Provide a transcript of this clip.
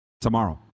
tomorrow